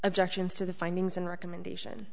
objections to the findings and recommendation